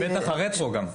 בטח גם רטרואקטיבי.